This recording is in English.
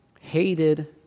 hated